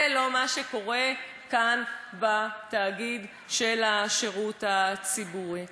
זה לא מה שקורה כאן בתאגיד של השידור הציבורי.